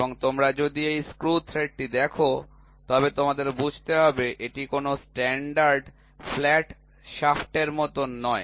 এবং তোমরা যদি এই স্ক্রু থ্রেড টি দেখ তবে তোমাদের বুঝতে হবে এটি কোনও স্ট্যান্ডার্ড ফ্ল্যাট শ্যাফ্টের মতো নয়